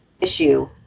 issue